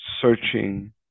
searching